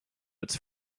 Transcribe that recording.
its